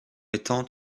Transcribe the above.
étant